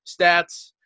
stats